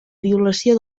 violació